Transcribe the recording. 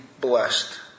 blessed